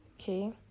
Okay